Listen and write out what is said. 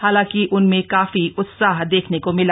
हालांकि उनमें काफी उत्साह देखने को मिला